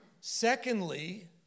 Secondly